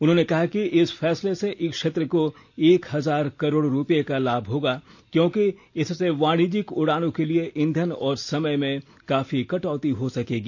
उन्होंने कहा कि इस फैसले से इस क्षेत्र को एक हजार करोड़ रुपये का लाभ होगा क्योंकि इससे वाणिज्यिक उड़ानों के लिए ईंधन और समय में काफी कटौती हो सकेगी